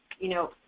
you know,